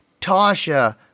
Tasha